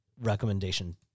recommendation